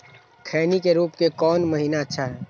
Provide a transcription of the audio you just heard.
खैनी के रोप के कौन महीना अच्छा है?